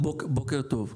בוקר טוב,